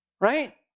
Right